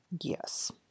Yes